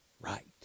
right